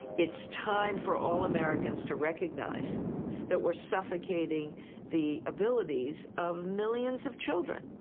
it's time for all americans to recognize that we're suffocating the abilities of millions of children.